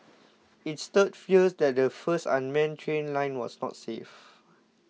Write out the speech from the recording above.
it stirred fears that the first unmanned train line was not safe